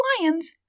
lions